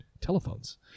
telephones